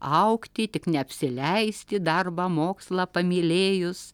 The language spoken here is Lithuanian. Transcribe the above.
augti tik neapsileisti darbą mokslą pamylėjus